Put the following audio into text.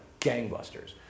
gangbusters